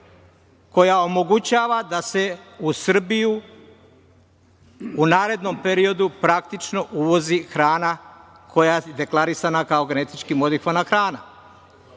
koja omogućava da se u Srbiju u narednom periodu praktično uvozi hrana koja je deklarisana kao genetički modifikovana hrana.